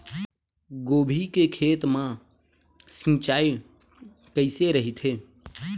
गोभी के खेत मा सिंचाई कइसे रहिथे?